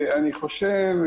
אני חושב,